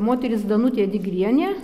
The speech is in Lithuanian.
moteris danutė digrienė